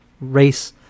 race